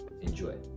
Enjoy